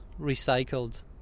recycled